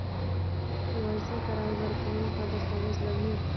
KYC कराय बर कौन का दस्तावेज लगही?